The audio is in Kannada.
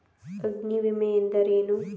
ಅಗ್ನಿವಿಮೆ ಎಂದರೇನು?